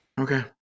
Okay